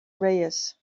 reyes